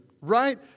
right